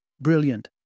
Brilliant